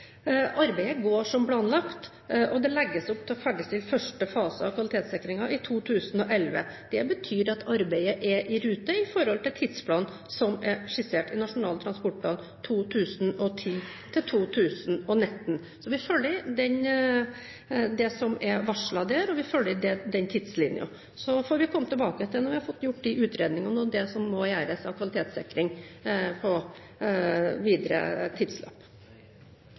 Arbeidet går som planlagt, og det legges opp til å ferdigstille første fase av kvalitetssikringen i 2011. Det betyr at arbeidet er i rute i forhold til tidsplanen som er skissert i Nasjonal transportplan 2010–2019, så vi følger det som er varslet der, og vi følger den tidslinjen. Så får vi komme tilbake når vi har fått gjort de utredningene og det som må gjøres av kvalitetssikring på videre